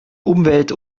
umwelt